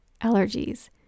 allergies